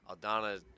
aldana